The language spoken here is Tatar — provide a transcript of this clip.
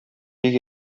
бик